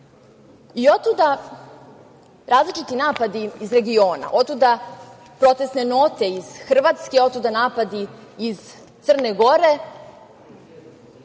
različiti napadi iz regiona, otuda protesne note iz Hrvatske, otuda napadi iz Crne Gore,